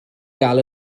gael